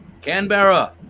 canberra